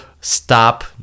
stop